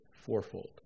fourfold